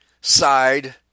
side